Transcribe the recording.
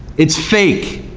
it's fake,